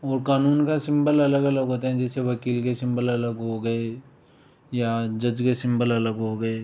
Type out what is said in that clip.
और कानून का सिम्बल अलग अलग होता हैं जैसे वकील के सिम्बल अलग हो गए या जज़ के सिम्बल अलग हो गए